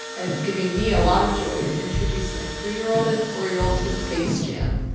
and it's giving me a lot of joy to introduce my three year old and four year old to space jam.